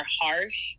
harsh